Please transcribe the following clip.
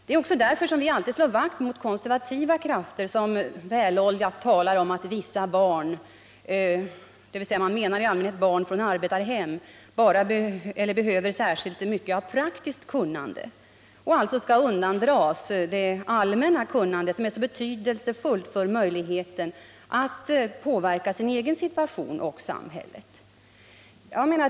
Det är också därför som vi alltid reagerar mot konservativa krafter som väloljat talar om att vissa barn - man menar då i allmänhet barn från arbetarhem — behöver särskilt mycket av praktiskt kunnande och alltså skall undandras det allmänna kunnande som är så betydelsefullt för möjligheten att påverka den egna situationen och samhället.